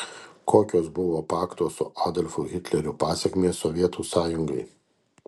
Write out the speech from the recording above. kokios buvo pakto su adolfu hitleriu pasekmės sovietų sąjungai